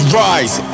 rise